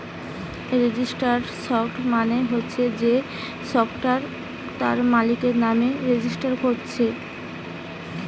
registered stock মানে হচ্ছে যেই স্টকটা তার মালিকের নামে রেজিস্টার কোরছে